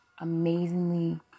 amazingly